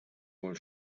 wohl